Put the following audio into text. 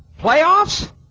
playoffs